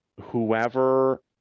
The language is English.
whoever